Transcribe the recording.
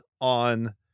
on